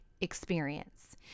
experience